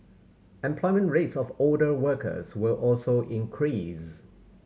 employment rates of older workers will also increase